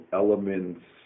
elements